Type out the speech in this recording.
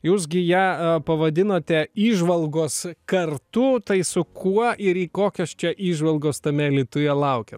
jūs gi ją pavadinote įžvalgos kartu tai su kuo ir į kokios čia įžvalgos tame alytuje laukia